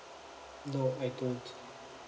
no I don't